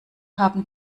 haben